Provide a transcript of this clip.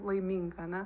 laiminga na